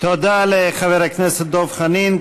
תודה לחבר הכנסת דב חנין.